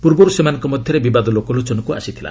ପୂର୍ବରୁ ସେମାନଙ୍କ ମଧ୍ୟରେ ବିବାଦ ଲୋକଲୋଚନକୁ ଆସିଥିଲା